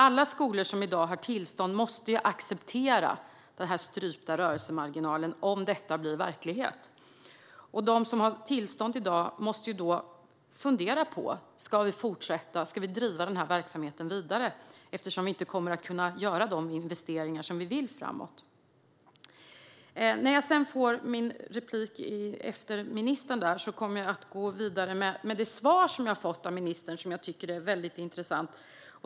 Alla skolor som i dag har tillstånd måste acceptera den strypta rörelsemarginalen om detta blir verklighet. De som har tillstånd i dag måste då fundera på om de ska fortsätta och driva verksamheten vidare eftersom de inte kommer att kunna göra de investeringar som de vill framåt. I nästa inlägg kommer jag att gå vidare med det svar som jag har fått av ministern och som jag tycker är väldigt intressant.